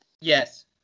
Yes